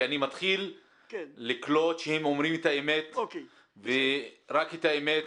כי אני מתחיל לקלוט שהם אומרים את האמת ורק את האמת,